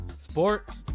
sports